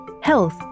health